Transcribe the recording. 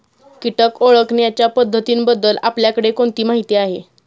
कीटक ओळखण्याच्या पद्धतींबद्दल आपल्याकडे कोणती माहिती आहे?